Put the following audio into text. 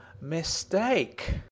mistake